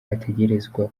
ategerezwa